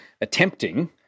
attempting